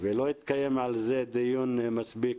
ולא התקיים על זה דיון מספיק,